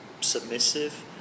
submissive